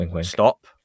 stop